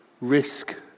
risk